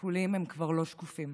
השכולים הם כבר לא שקופים.